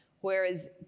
Whereas